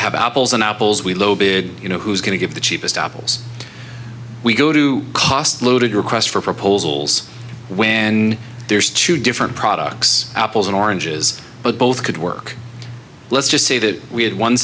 have apples and apples we low bid you know who's going to give the cheapest apples we go to cost loaded request for proposals when there's two different products apples and oranges but both could work let's just say that we had one